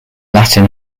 latin